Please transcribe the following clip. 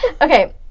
Okay